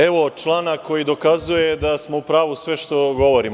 Evo člana koji dokazuje da smo u pravu sve što govorimo.